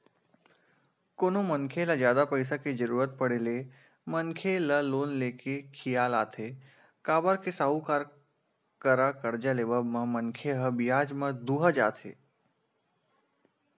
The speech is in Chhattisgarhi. कोनो मनखे ल जादा पइसा के जरुरत पड़े ले मनखे ल लोन ले के खियाल आथे काबर के साहूकार करा करजा लेवब म मनखे ह बियाज म दूहा जथे